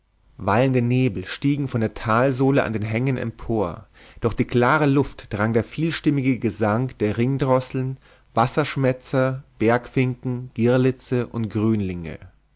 wallende nebel stiegen von der talsohle an den hängen empor durch die klare luft drang der vielstimmige gesang der ringdrosseln wasserschmätzer bergfinken girlitze und grünlinge